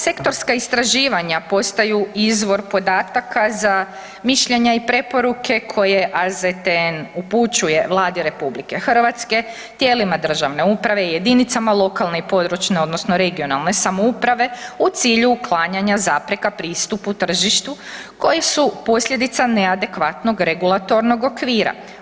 Sektorska istraživanja postaju izvor podataka za mišljenja i preporuke koje AZTN upućuje Vladi RH tijelima državne uprave, jedinicama lokalne i područne (regionalne) samouprave u cilju uklanjanja zapreka pristupu tržištu koji su posljedica neadekvatnog regulatornog okvira.